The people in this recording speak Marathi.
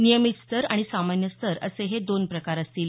नियमित स्तर आणि सामान्य स्तर असे हे दोन प्रकार असतील